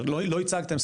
לא הצגתם,